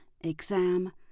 Exam